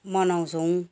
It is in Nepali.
मनाउँछौँ